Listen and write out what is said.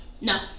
No